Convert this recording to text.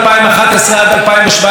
אושרו סרטים,